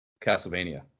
castlevania